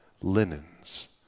linens